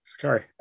Sorry